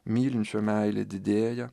mylinčio meilė didėja